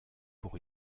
pour